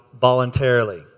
voluntarily